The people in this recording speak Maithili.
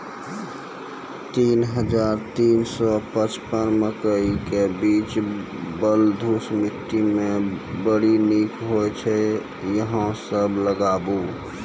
तीन हज़ार तीन सौ पचपन मकई के बीज बलधुस मिट्टी मे बड़ी निक होई छै अहाँ सब लगाबु?